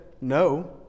no